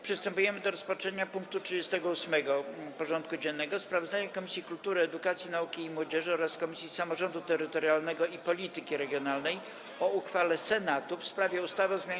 Przystępujemy do rozpatrzenia punktu 38. porządku dziennego: Sprawozdanie Komisji Edukacji, Nauki i Młodzieży oraz Komisji Samorządu Terytorialnego i Polityki Regionalnej o uchwale Senatu w sprawie ustawy o zmianie